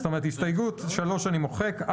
את הסתייגות 3 אני מוחק.